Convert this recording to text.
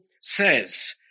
says